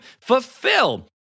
fulfill